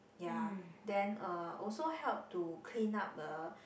ya then uh also help to clean up uh